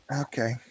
Okay